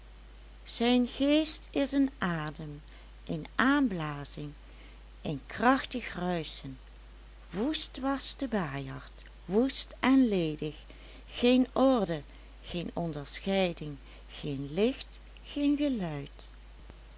zijn geest is een adem een aanblazing een krachtig ruischen woest was de baaierd woest en ledig geen orde geen onderscheiding geen licht geen geluid